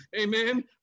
Amen